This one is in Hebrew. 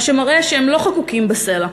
מה שמראה שהם לא חקוקים בסלע.